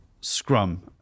Scrum